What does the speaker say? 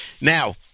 Now